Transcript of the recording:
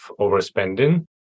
overspending